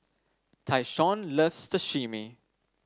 Tyshawn loves